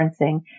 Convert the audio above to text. referencing